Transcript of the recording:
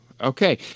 Okay